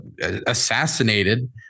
assassinated